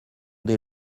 des